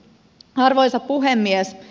arvoisa puhemies